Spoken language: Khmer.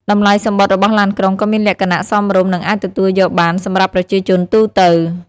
តម្លៃសំបុត្ររបស់ឡានក្រុងក៏មានលក្ខណៈសមរម្យនិងអាចទទួលយកបានសម្រាប់ប្រជាជនទូទៅ។